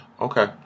Okay